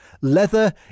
Leather